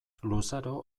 luzaro